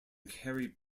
carry